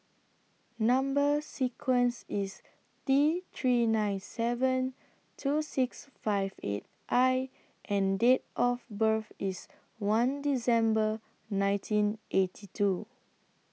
Number sequence IS T three nine seven two six five eight I and Date of birth IS one December nineteen eighty two